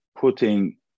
putting